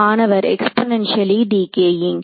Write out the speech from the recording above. மாணவர் exponentially decaying